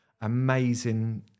amazing